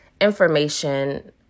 information